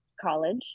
college